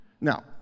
Now